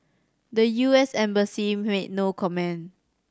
the U S embassy made no comment